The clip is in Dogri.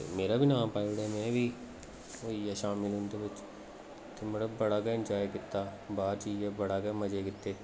ते मेरा बी नांऽ पाई ओड़ेआ में बी होई आ शामिल उं'दे बिच ते बड़ा गै इंजाय कीता बाह्र जाइयै बड़े गै मजे कीते